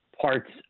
parts